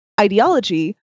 ideology